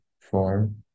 form